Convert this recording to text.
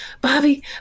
Bobby